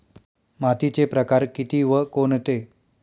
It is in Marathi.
मातीचे प्रकार किती व कोणते?